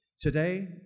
Today